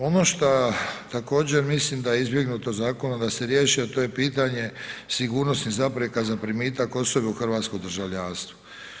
Ono šta također mislim da je izbjegnuto zakonom da se riješi a to je pitanje sigurnosnih zapreka za primitak osobe u hrvatsko državljanstvo.